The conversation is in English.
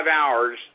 hours